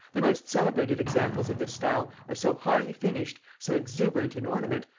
the most celebrated examples of this style are so highly finished, so exuberant in ornament,